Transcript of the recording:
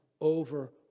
over